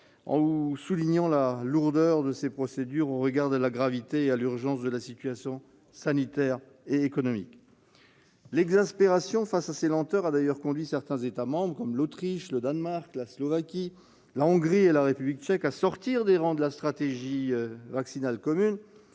contrats, ou de la lourdeur de ses procédures au regard de la gravité et de l'urgence de la situation sanitaire et économique. L'exaspération face à ces lenteurs a d'ailleurs conduit certains États membres- l'Autriche, le Danemark, la Slovaquie, la Hongrie et la République tchèque -à sortir des rangs de la stratégie vaccinale commune,